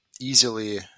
easily